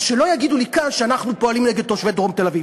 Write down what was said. אז שלא יגידו לי כאן שאנחנו פועלים נגד תושבי דרום תל-אביב,